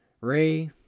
Ray